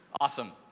awesome